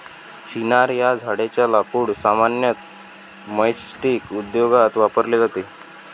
चिनार या झाडेच्या लाकूड सामान्यतः मैचस्टीक उद्योगात वापरले जाते